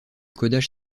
codage